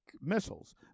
missiles